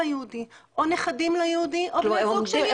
יהודי או נכדים ליהודי או בני זוג של יהודים.